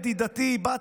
ידידתי היקרה,